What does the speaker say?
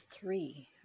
three